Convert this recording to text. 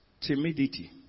timidity